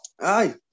Aye